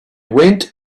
went